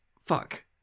fuck